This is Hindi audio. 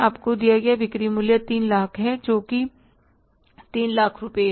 आपको दिया गया बिक्री मूल्य 300000 है जो 3 लाख रुपये है